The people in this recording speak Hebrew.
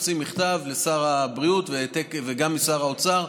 שתוציא מכתב לשר הבריאות וגם לשר האוצר.